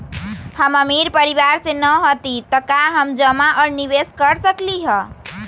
हम अमीर परिवार से न हती त का हम जमा और निवेस कर सकली ह?